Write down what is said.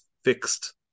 Fixed